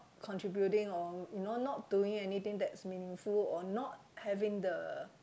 contributing or not not doing anything that's meaningful or not having the